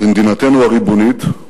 במדינתנו הריבונית,